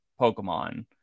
Pokemon